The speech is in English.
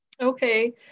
Okay